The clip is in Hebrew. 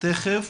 נכבדים.